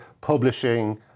publishing